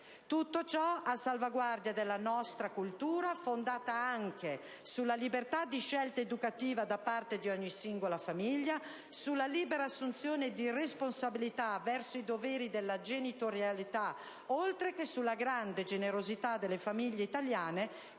Tutto ciò, a salvaguardia della nostra cultura, fondata anche sulla libertà di scelta educativa da parte di ogni singola famiglia, sulla libera assunzione di responsabilità verso i doveri della genitorialità, oltre che sulla grande generosità delle famiglie italiane